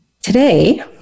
Today